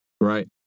Right